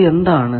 അത് എന്താണ്